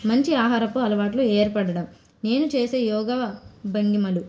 మంచి ఆహారపు అలవాట్లు ఏర్పడడం నేను చేసే యోగా భంగిమలు